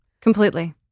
completely